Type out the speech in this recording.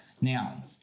Now